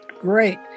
Great